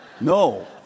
No